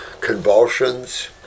convulsions